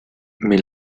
mais